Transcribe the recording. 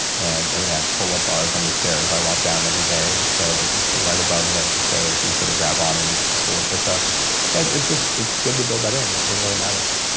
and i even have pull-up bars on the stairs i walk down every day. so it's right above the the stairway, so you sort of grab and pull or push up and and it's just. it's good to build that in. it it really matters